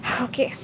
Okay